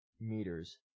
meters